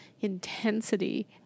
intensity